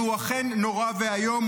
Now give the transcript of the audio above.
והוא אכן נורא ואיום,